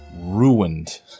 ruined